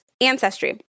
ancestry